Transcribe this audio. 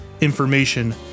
information